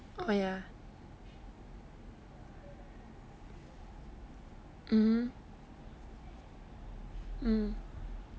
orh ya mmhmm mm